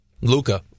Luca